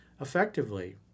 effectively